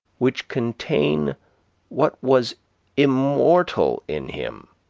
which contain what was immortal in him,